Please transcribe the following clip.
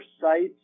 sites